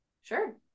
Sure